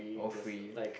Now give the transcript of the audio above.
or free